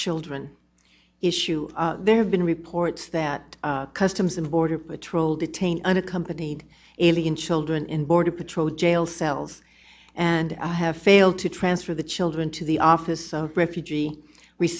children issue there have been reports that customs and border patrol detain unaccompanied alien children in border patrol jail cells and i have failed to transfer the children to the office of refugee